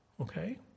okay